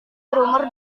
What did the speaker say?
berumur